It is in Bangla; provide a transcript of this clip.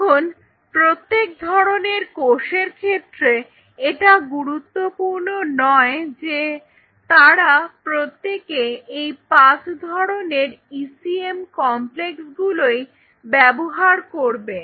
এখন প্রত্যেক ধরনের কোষের ক্ষেত্রে এটা গুরুত্বপূর্ণ নয় যে তারা প্রত্যেকে এই পাঁচ ধরনের ইসিএম কমপ্লেক্সগুলোই ব্যবহার করবে